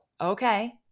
Okay